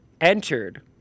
entered